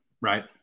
right